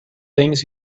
things